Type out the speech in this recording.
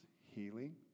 healing